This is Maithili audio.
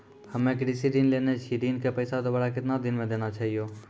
हम्मे कृषि ऋण लेने छी ऋण के पैसा दोबारा कितना दिन मे देना छै यो?